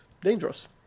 dangerous